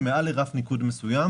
שמעל לרף ניקוד מסוים